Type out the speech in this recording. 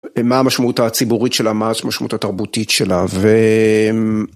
מה המשמעות הציבורית של המאס, מה המשמעות התרבותית שלה.